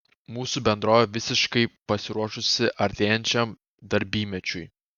mūsų bendrovė visiškai pasiruošusi artėjančiam darbymečiui